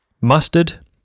mustard